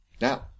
Now